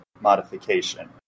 modification